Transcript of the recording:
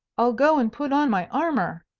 i'll go and put on my armour,